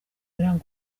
biranga